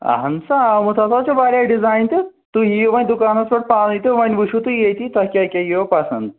اَہَن سا آ وۄنۍ تَتھ حظ چھِ واریاہ ڈِزایِن تہِ تُہۍ یِیو وۄنۍ دُکانَس پٮ۪ٹھ پانَے تہٕ وۄنۍ وٕچھُو تُہۍ ییٚتی تۄہہِ کیٛاہ کیٛاہ یِیو پسنٛد